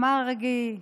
מרגי,